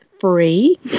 free